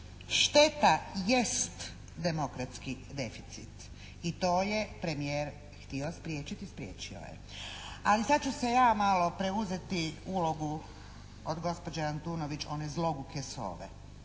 Šteta jest demokratski deficit i to je premijer htio spriječiti i spriječio je. Ali sad ću se ja malo preuzeti ulogu od gospođe Antunović, one zloguke sove,